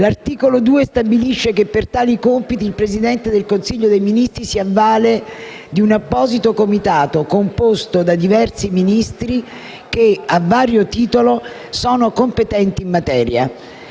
L'articolo 2 stabilisce che per tali compiti il Presidente del Consiglio dei ministri si avvale di un apposito Comitato, composto da diversi Ministri che, a vario titolo, sono competenti in materia.